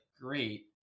great